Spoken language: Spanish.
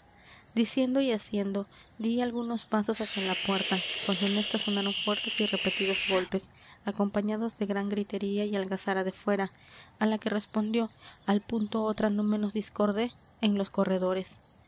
diciendo y haciendo di algunos pasos hacia la puerta cuando en esta sonaron fuertes y repetidos golpes acompañados de gran gritería y algazara de fuera a la que respondió al punto otra no menos discorde en los corredores